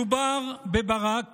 מדובר בברק